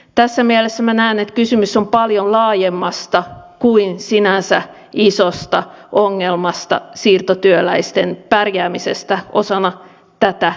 tässä mielessä minä näen että kysymys on paljon laajemmasta kuin sinänsä isosta ongelmasta siirtotyöläisten pärjäämisestä osana tätä työmarkkinajärjestelmää